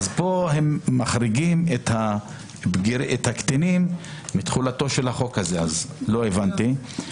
אז פה מחריגים את הקטינים מתחולתו של החוק הזה לא הבנתי את זה.